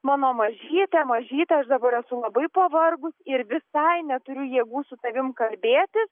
mano mažyte mažyte aš dabar esu labai pavargus ir visai neturiu jėgų su tavim kalbėti